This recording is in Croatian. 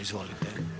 Izvolite.